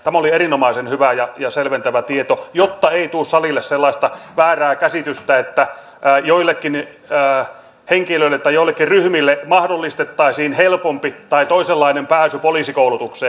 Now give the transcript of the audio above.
tämä oli erinomaisen hyvä ja selventävä tieto jotta ei tule salille sellaista väärää käsitystä että joillekin henkilöille tai joillekin ryhmille mahdollistettaisiin helpompi tai toisenlainen pääsy poliisikoulutukseen